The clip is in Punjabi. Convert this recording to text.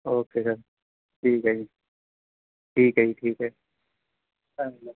ਓਕੇ ਸਰ ਠੀਕ ਹੈ ਜੀ ਠੀਕ ਹੈ ਜੀ ਠੀਕ ਹੈ ਹਾਂਜੀ